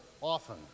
often